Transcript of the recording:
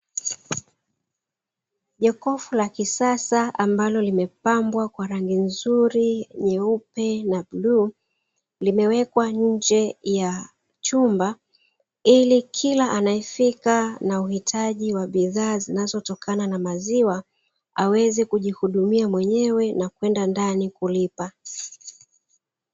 Jokofu la kisasa ambalo limepambwa kwa rangi nzuri nyeupe na bluu limewekwa nje ya chumba, ili kila anayefika na uhitaji wa bidhaa zinazotokana na maziwa aweze kujihudumia mwenyewe na kwenda ndani kulipa.